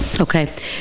okay